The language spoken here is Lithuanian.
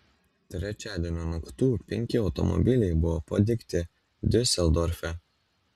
trečiadienio naktų penki automobiliai buvo padegti diuseldorfe